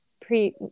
pre